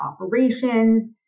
operations